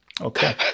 Okay